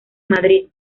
madrid